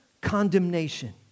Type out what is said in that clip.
condemnation